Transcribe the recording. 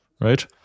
right